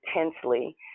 intensely